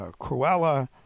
Cruella